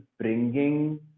bringing